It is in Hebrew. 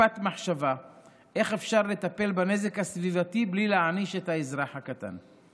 בטיפת מחשבה איך אפשר לטפל בנזק הסביבתי בלי להעניש את האזרח הקטן.